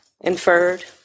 Inferred